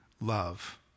love